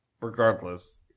regardless